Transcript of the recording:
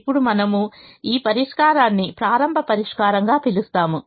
ఇప్పుడు మనము ఈ పరిష్కారాన్ని ప్రారంభ పరిష్కారంగా పిలుస్తాము